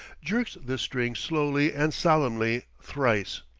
jerks this string slowly and solemnly thrice.